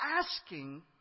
asking